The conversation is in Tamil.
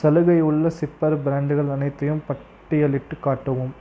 சலுகை உள்ள சிப்பர் பிரான்ட்கள் அனைத்தையும் பட்டியலிட்டுக் காட்டவும்